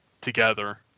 together